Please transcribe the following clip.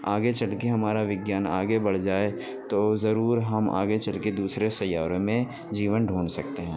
آگے چل کے ہمارا وگیان آگے بڑھ جائے تو ضرور ہم آگے چل کے دوسرے سیاروں میں جیون ڈھونڈ سکتے ہیں